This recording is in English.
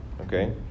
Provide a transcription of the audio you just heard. okay